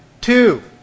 Two